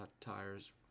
tires